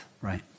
Right